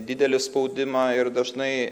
didelį spaudimą ir dažnai